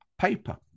paper